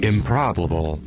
Improbable